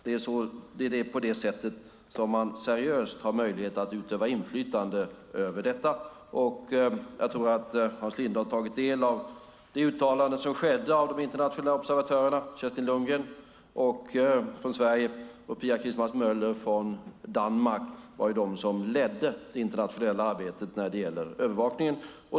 Det är på det sättet som man seriöst har möjlighet att utöva inflytande över detta. Jag tror att Hans Linde har tagit del av det uttalande som skedde av de internationella observatörerna. Det var Kerstin Lundgren från Sverige och Pia Christmas-Møller från Danmark som ledde det internationella arbetet när det gäller övervakningen.